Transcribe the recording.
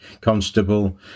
constable